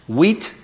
wheat